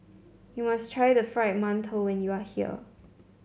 you must try the Fried Mantou when you are here